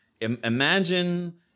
imagine